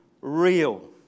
real